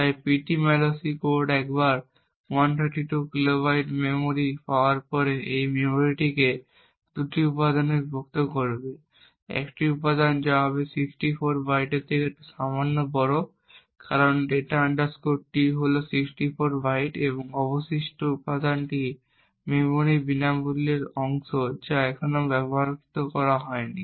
তাই Ptmalloc code একবার 132 kilobyte memory পাওয়ার পরে এই মেমরিটিকে দুটি উপাদানে বিভক্ত করবে একটি উপাদান যা হবে 64 বাইটের থেকে সামান্য বড় কারণ data T হল 64 বাইট এবং অবশিষ্ট উপাদানটি মেমরির বিনামূল্যের অংশ যা এখনও ব্যবহার করা হয়নি